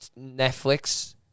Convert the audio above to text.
Netflix